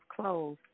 clothes